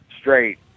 straight